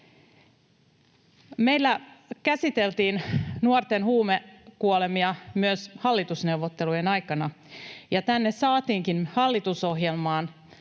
Meillä käsiteltiin nuorten huumekuolemia myös hallitusneuvottelujen aikana. Hallitusohjelmaan